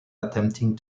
attempting